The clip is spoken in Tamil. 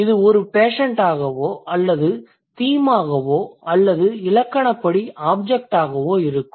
இது ஒரு பேஷண்ட் ஆகவோ அல்லது தீம் ஆகவோ அல்லது இலக்கணப்படி ஆப்ஜெக்ட் ஆக இருக்கும்